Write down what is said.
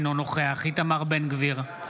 אינו נוכח איתמר בן גביר,